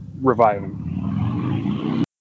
reviving